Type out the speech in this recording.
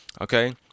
Okay